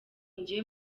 njye